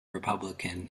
republican